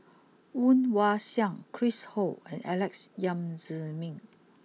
Woon Wah Siang Chris Ho and Alex Yam Ziming